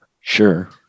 Sure